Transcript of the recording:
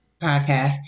podcast